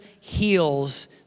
heals